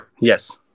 Yes